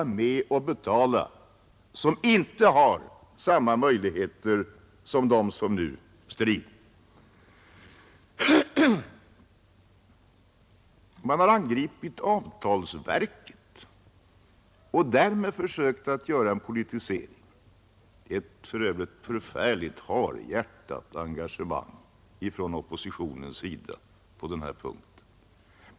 Man har angripit avtalsverket och därmed försökt göra en politisering — för övrigt ett förfärligt harhjärtat engagemang på denna punkt från oppositionens sida.